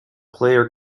player